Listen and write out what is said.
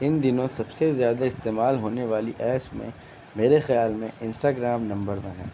ان دنوں سب سے زیادہ استعمال ہونے والی ایپس میں میرے خیال میں انسٹاگرام نمبر ون ہے